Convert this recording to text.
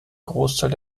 großteil